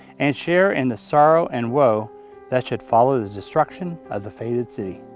and share in the sorrow and woe that should follow the destruction of the fated city.